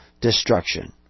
destruction